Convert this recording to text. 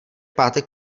pátek